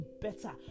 better